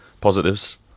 Positives